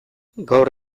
gaur